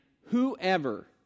whoever